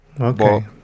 okay